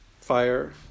fire